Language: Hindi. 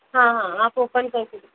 हाँ हाँ आप ओपन करके दिखाइए